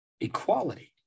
equality